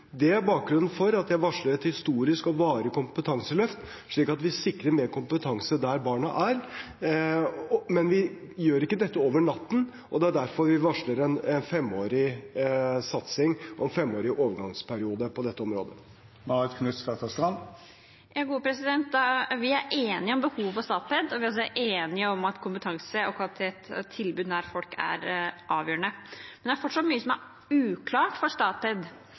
Det er bakgrunnen for at jeg varsler et historisk og varig kompetanseløft, slik at vi sikrer mer kompetanse der barna er. Men vi gjør ikke dette over natten, og derfor varsler vi en femårig satsing og en femårig overgangsperiode på dette området. Vi er enige om behovet for Statped, og vi er også enige om at kompetanse, kvalitet og et tilbud nær folk er avgjørende. Men det er fortsatt mye som er uklart for